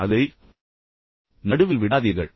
எனவே அதை நடுவில் விடாதீர்கள்